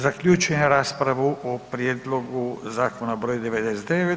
Zaključujem raspravu o Prijedlogu zakona br. 99.